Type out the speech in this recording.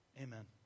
amen